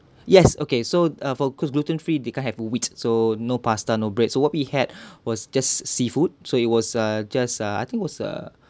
yes okay so ah for cause gluten free they can't have wheat so no pasta no bread so what we had was just seafood so it was a just a) I think was a